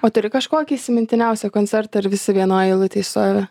o turi kažkokį įsimintiniausią koncertą ar visi vienoj eilutėj stovi